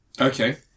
Okay